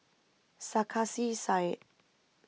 Sarkasi Said